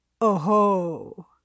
Oh-ho